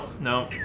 no